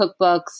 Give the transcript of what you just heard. cookbooks